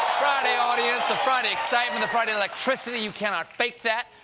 friday audience. the friday excitement. the friday electricity. you cannot fake that!